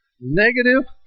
negative